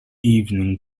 evening